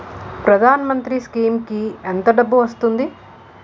ప్రధాన మంత్రి స్కీమ్స్ కీ ఎంత డబ్బు వస్తుంది?